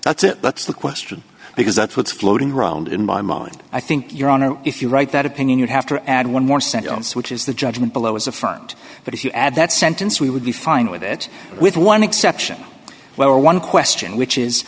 that's it that's the question because that's what's floating around in my mind i think your honor if you write that opinion you have to add one more sentence which is the judgment below is a front but if you add that sentence we would be fine with it with one exception where one question which is